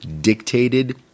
dictated